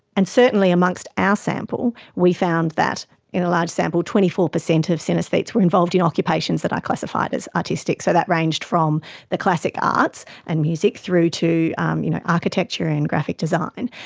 and certainly amongst our ah sample we found that in a large sample twenty four percent of synaesthetes were involved in occupations that are classified as artistic. so that ranged from the classic arts and music through to um you know architecture and graphic design.